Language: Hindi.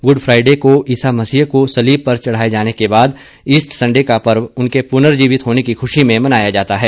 गुड फ्राइडे को ईसा मसीह को सलीब पर चढ़ाये जाने के बाद ईस्ट संडे का पर्व उनके पुनर्जीवित होने की खुशी में मनाया जाता है